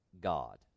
God